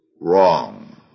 wrong